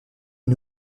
une